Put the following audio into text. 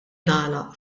nagħlaq